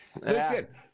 Listen